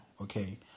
okay